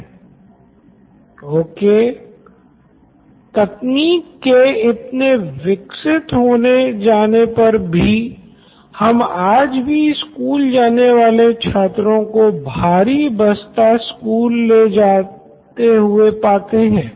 professor O K Siddharth Maturi CEO Knoin electronics तकनीक के इतने विकसित होने जाने पर भी हम आज भी स्कूल जाने वाले छात्रों को भारी बस्ता स्कूल ले जाते हुए पाते हैं